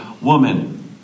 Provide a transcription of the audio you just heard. woman